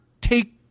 take